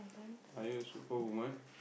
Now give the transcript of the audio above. are you a super woman